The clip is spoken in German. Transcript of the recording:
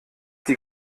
die